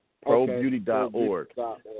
Probeauty.org